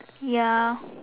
ya